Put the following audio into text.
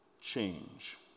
change